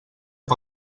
per